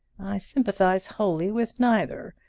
i sympathize wholly with neither.